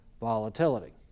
volatility